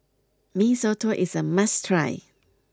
Mee Soto is a must try